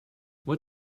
what